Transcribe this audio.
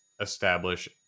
establish